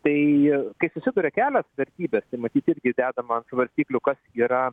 tai kai susiduria kelios vertybės tai matyt irgi dedama ant svarstyklių kas yra